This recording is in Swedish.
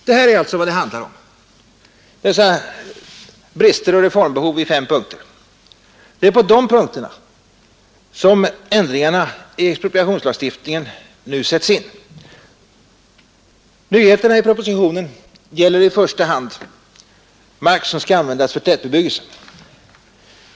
Det är alltså dessa brister och reformbehov, sammanfattade i fem punkter, som det handlar om, och det är på dessa punkter som ändringarna i expropriationslagstiftningen nu sätts in. Nyheterna i propositionen gäller i första hand mark som skall användas för tätbebyggelse.